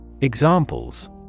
Examples